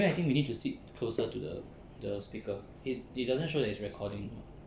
anyway I think we need to sit closer to the the speaker it doesn't show that it is recording